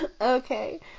Okay